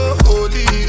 holy